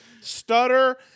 stutter